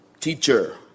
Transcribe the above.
teacher